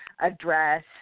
address